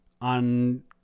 on